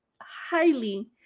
highly